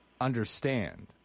understand